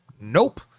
nope